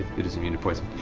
it is immune to poison.